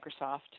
Microsoft